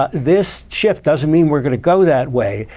ah this shift doesn't mean we're going to go that way.